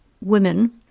women